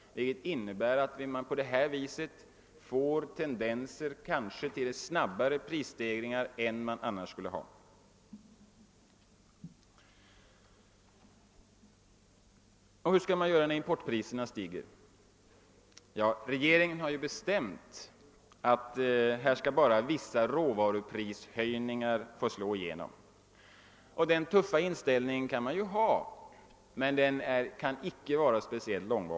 Därigenom får man tendenser till snabbare prisstegringar än som annars skulle ha blivit fallet. Och hur skall man göra när importpriserna stiger? Regeringen har ju bestämt att endast vissa råvaruprishöjningar får slå igenom, och den tuffa inställningen kan man ju ha, men man kan inte hålla den speciellt länge.